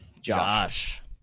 Josh